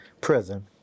Prison